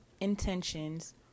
Intentions